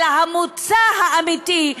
אלא המוצא האמיתי,